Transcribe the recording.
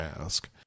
ask